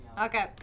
Okay